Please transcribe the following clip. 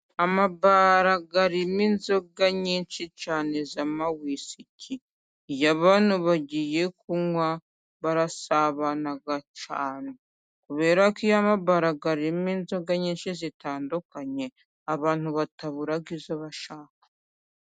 Amabara arimo inzoga nyinshi cyane z'amawisiki, iyo abantu bagiye kunwa barasabana cyane, kubera ko iyo amabara arimo inzoga nyinshi zitandukanye, abantu batabura izo bashaka.